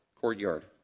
courtyard